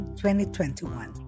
2021